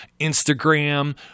Instagram